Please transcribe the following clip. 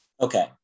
Okay